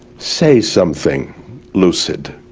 say something lucid.